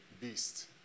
beast